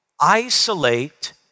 isolate